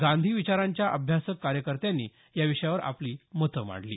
गांधी विचारांच्या अभ्यासक कार्यकर्त्यानी या विषयावर आपली मतं मांडली